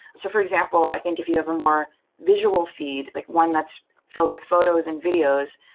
so for example, i think if you have a more visual feed, like one that's filled with photos and videos,